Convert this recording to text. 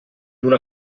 una